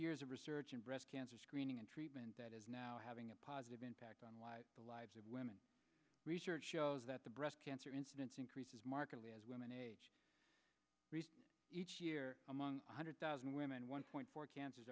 years of research in breast cancer screening and treatment that is now having a positive impact on lives the lives of women research shows that the breast cancer incidence increases markedly as women age each year among one hundred thousand women one point four cancers